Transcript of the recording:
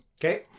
Okay